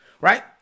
right